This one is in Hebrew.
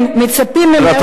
כן מצפים ממך לסוג,